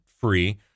free